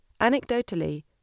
Anecdotally